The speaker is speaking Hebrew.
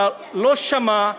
לא שמע,